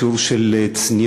שיעור של צניעות,